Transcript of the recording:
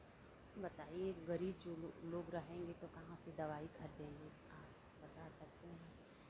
बताइए गरीब जो लोग रहेंगे तो कहाँ से दवाई खरदेंगे आप बता सकते हैं